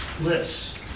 lists